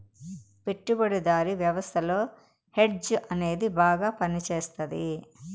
పెట్టుబడిదారీ వ్యవస్థలో హెడ్జ్ అనేది బాగా పనిచేస్తది